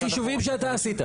בחישובים שאתה עשית.